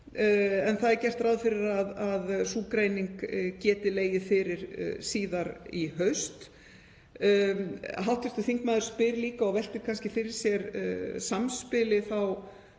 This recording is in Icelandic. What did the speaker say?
en gert er ráð fyrir að sú greining geti legið fyrir síðar í haust. Hv. þingmaður spyr líka og veltir fyrir sér samspili